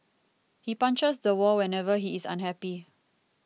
he punches the wall whenever he is unhappy